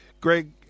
Greg